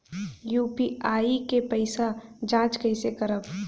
UPI के पैसा क जांच कइसे करब?